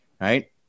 right